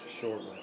shortly